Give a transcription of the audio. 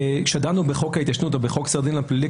כשדנו בחוק ההתיישנות או בחוק סדר הדין הפלילי,